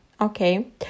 Okay